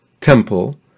temple